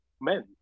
men